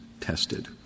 tested